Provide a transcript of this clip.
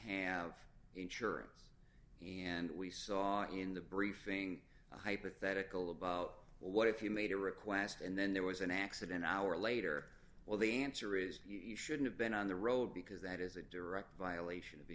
have insurance and we saw in the briefing a hypothetical about what if you made a request and then there was an accident now or later well the answer is you shouldn't have been on the road because that is a direct violation of